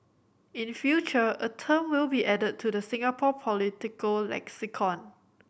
in future a term will be added to the Singapore political lexicon